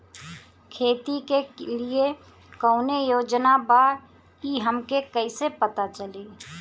खेती के लिए कौने योजना बा ई हमके कईसे पता चली?